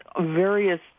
various